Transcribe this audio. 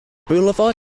boulevard